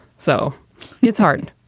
so it's hard